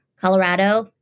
Colorado—